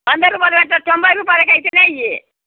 వంద రూపాయలుపెట్టరు తొంభై రూపాయలకు అయితే ఇవ్వు